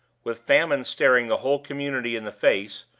with famine staring the whole community in the face,